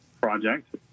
project